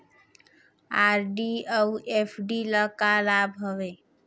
RD अऊ FD ल का लाभ हवे?